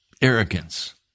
arrogance